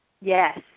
Yes